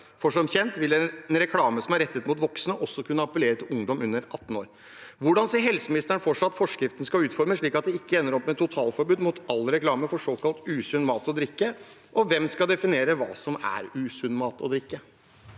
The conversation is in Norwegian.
Som kjent vil en reklame som er rettet mot voksne, også kunne appellere til ungdom under 18 år. Hvordan ser helseministeren for seg at forskriften skal utformes slik at vi ikke ender opp med et totalforbud mot all reklame for såkalt usunn mat og drikke, og hvem skal definere hva som er usunn mat og drikke?